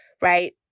right